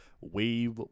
Wave